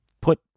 put